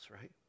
right